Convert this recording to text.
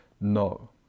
No